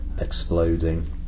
exploding